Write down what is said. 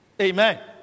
Amen